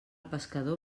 pescador